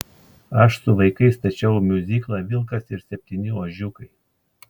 aš su vaikais stačiau miuziklą vilkas ir septyni ožiukai